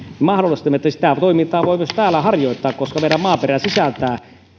että sitä toimintaa voi myös täällä harjoittaa koska meidän maaperä sisältää